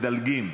מדלגים